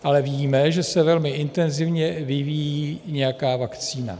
Ale víme, že se velmi intenzivně vyvíjí nějaká vakcína.